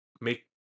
make